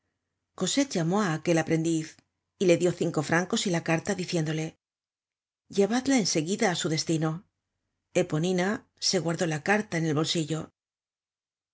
llamó á aquel aprendiz y le dió cinco francos y la carta diciéndole llevadla en seguida á su destino eponina se guardó la carta en el bolsillo